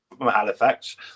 Halifax